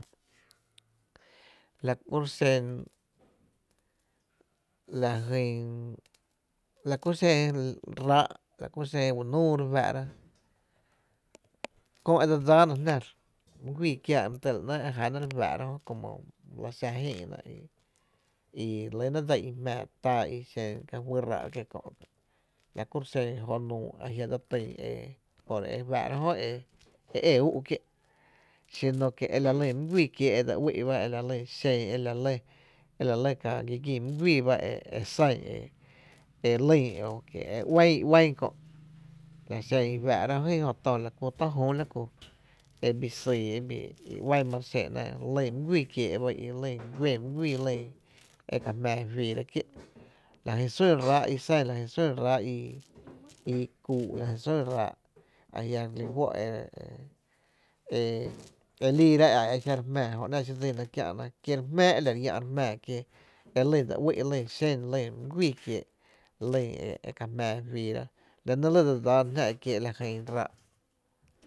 La kuro’ xen la jy, la ku xen ráá’’, la ku xen u núú re fáá’ra, köö e dse dsáána jná my gUíi kiáá e la weé’ e jana re fáá’ra jö, como xa jïï’na, i re lɇ ná dsa i jmáá tá i xen ka juy ráá’ kiää ka kö’ la ku xen jó’ nuu a jia’ dse ty e re fáá’ra jö por e é úú’ kié’, xinu kie’ e la xin my gUíi kiee’ e dse uí’ e la lyn xen e la lɇ ka ki gín my guíí ba e san e lýn o kiee’ e uán i uán kö’ la xen i fáá’ra jö tö la ku tö jü la ku e bii syy e bi uán ma re xëë’na, lun my güii kiee’ ba i i, lyn e ka jmlⱥ juiira kié’ la jyn sun ráá’ i san, la jyn sún ráá’ i kuu’ la jyn sún ráá’ ajia’ re li juó’ e e liira e a exa re jmⱥⱥ ‘ná’ xi dsína kiä’na, ki re jmⱥⱥ e re jmⱥⱥ, kie e lýn dse uï’ e lyn mý güii kiee’, lyn e ka jmáá juiira, la nɇ dse dsáána jná ekiee’ ráá’.